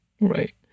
right